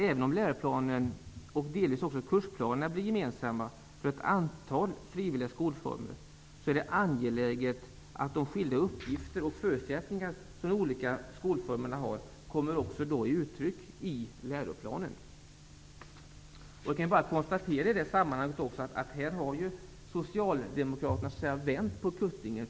Även om läroplanen och delvis också kursplanerna blir gemensamma för ett antal frivilliga skolformer, är det angeläget att de skilda uppgifter och förutsättningar som de olika skolformerna har kommer till uttryck i läroplanen. Jag kan i det sammanhanget konstatera att Socialdemokraterna så att säga har vänt på kuttingen.